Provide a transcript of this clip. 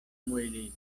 muelilo